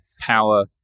power